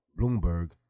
Bloomberg